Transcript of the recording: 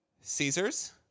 Caesars